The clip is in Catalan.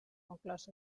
conclòs